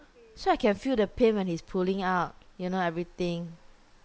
so I can feel the pain when he's pulling out you know everything